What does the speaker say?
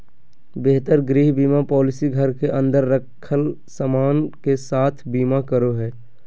बेहतर गृह बीमा पॉलिसी घर के अंदर रखल सामान के साथ बीमा करो हय